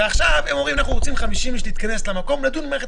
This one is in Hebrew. עוד מעט